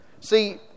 see